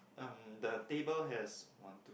um the table has one two